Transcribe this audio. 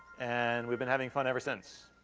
and we've been having fun ever since.